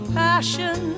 passion